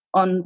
on